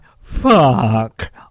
fuck